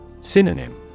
synonym